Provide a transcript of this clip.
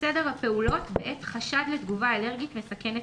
"סדר הפעולות בעת חשד לתגובה אלרגית מסכנת